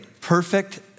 perfect